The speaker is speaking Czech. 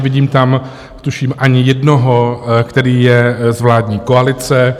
Nevidím tam, tuším, ani jednoho, který je z vládní koalice.